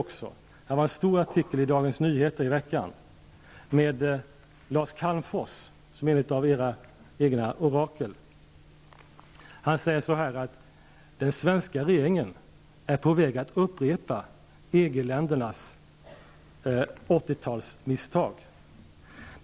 Det var en stor artikel i Dagens Nyheter i veckan med uttalanden av Lars Calmfors, som är ett av era egna orakel. Han säger att ''den svenska regeringen är på väg att upprepa EG-ländernas 80-talsmisstag.